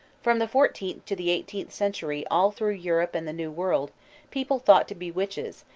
from the fourteenth to the eighteenth century all through europe and the new world people thought to be witches,